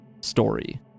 story